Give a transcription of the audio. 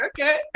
okay